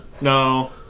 no